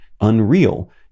Unreal